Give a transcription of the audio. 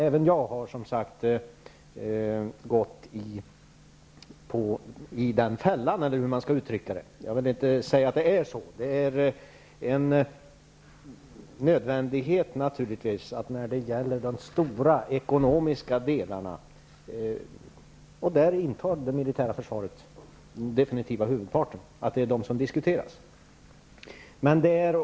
Även jag har som sagt gått i den fällan, eller hur man skall uttrycka det. Jag vill inte säga att det är så. Det är en nödvändighet när det gäller de stora ekonomiska delarna -- där intar det militära försvaret definitivt huvudparten -- att det blir detta som diskuteras.